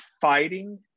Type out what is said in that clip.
fighting